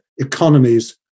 economies